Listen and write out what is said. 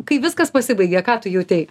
kai viskas pasibaigė ką tu jautei